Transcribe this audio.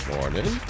Morning